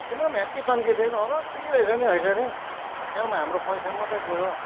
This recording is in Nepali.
तिम्रो नि हेभी तन्किदिएको रड्डी रहेछ नि है साथी बेकारमा हाम्रो पैसा मात्र गयो